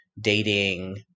dating